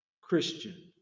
Christian